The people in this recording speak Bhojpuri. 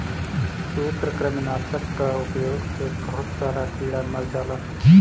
सूत्रकृमि नाशक कअ उपयोग से बहुत सारा कीड़ा मर जालन